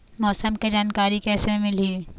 मौसम के जानकारी किसे मिलही?